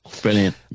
Brilliant